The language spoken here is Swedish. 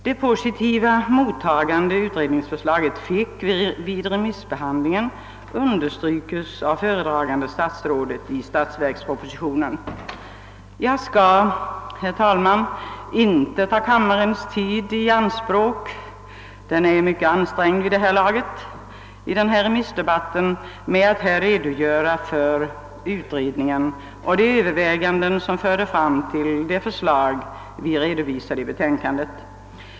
Det positiva mottagande som utredningsförslaget fick vid remissbehandlingen understryks av föredragande statsrådet i statsverkspropositionen. Jag skall, herr talman, inte ta kammarens tid i anspråk — den är tillräckligt ansträngd ändå i denna remissdebatt — med att redogöra för den här utredningen och de överväganden som ledde fram till det förslag som redovisas i betänkandet.